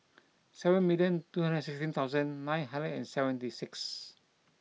seven million two hundred sixteen thousand nine hundred and seventy six